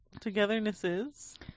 Togethernesses